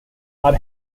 are